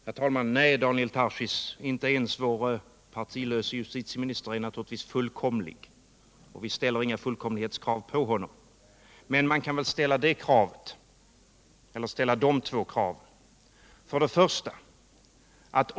Herr talman! Nej, Daniel Tarschys, inte ens vår partilöse justitieminister är naturligtvis fullkomlig, och vi ställer inga fullkomlighetskrav på honom, men man kan väl ställa två krav.